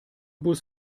bus